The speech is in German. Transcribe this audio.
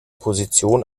position